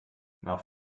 nach